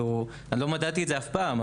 לא מדדתי את זה אף פעם,